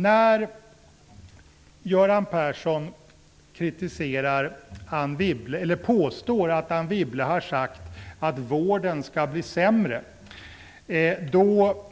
När Göran Persson påstår att Anne Wibble har sagt att vården skall bli sämre